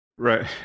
Right